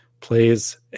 plays